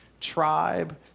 tribe